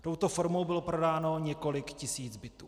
Touto formou bylo prodáno několik tisíc bytů.